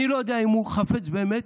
אני לא יודע אם הוא חפץ באמת